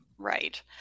Right